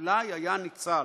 אולי היה ניצל.